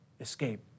escape